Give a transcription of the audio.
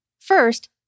First